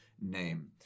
name